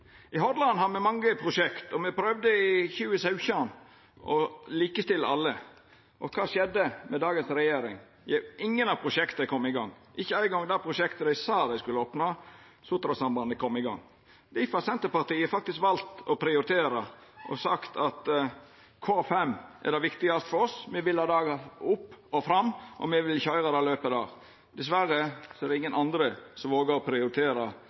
I Hordaland har me mange prosjekt, og me prøvde i 2017 å likestilla alle – og kva skjedde med dagens regjering? Ingen av prosjekta kom i gang, ikkje eingong dei prosjekta dei sa dei skulle opna. Sotrasambandet kom i gang. Difor har Senterpartiet faktisk valt å prioritera og har sagt at K5 er det viktigaste for oss. Me vil ha det opp og fram, og me vil køyra det løpet. Dessverre er det ingen andre som vågar å prioritera